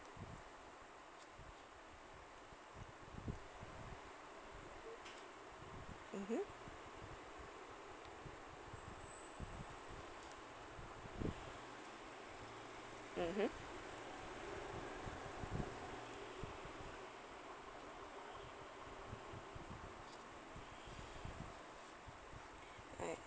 mmhmm mmhmm